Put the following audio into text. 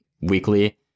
weekly